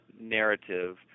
narrative